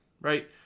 right